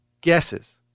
guesses